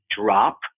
drop